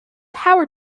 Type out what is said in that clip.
howard